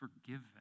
forgiven